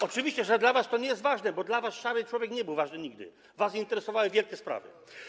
Oczywiście, że dla was to nie jest ważne, bo dla was szary człowiek nie był ważny nigdy, was interesowały wielkie sprawy.